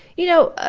you know,